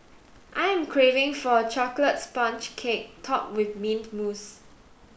I am craving for a chocolate sponge cake topped with mint mousse